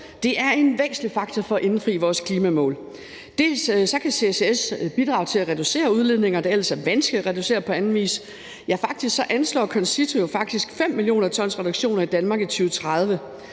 CO2, er en væsentlig faktor for at indfri vores klimamål. Dels kan CCS bidrage til at reducere udledninger, der ellers er vanskelige at reducere på anden vis – ja, faktisk anslår CONCITO, at 5 mio. t reduktioner i Danmark i 2030